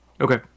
Okay